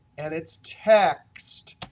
and it's text,